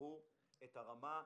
שישפרו את הרמה.